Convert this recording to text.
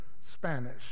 Spanish